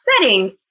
setting